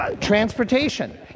Transportation